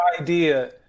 idea